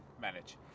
manage